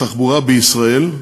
התחבורה בישראל,